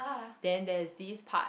then there is this part